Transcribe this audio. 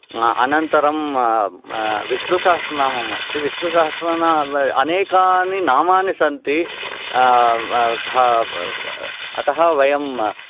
अनन्तरं विष्णुसहस्रनामम् अस्ति विष्णुसहस्र अनेकानि नामानि सन्ति भ अतः वयं